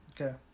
Okay